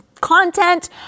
content